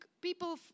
people